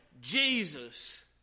Jesus